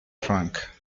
frank